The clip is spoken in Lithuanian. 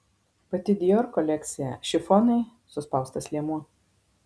pati dior kolekcija šifonai suspaustas liemuo